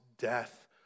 death